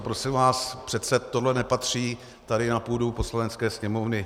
Prosím vás, přece tohle nepatří tady na půdu Poslanecké sněmovny.